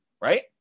right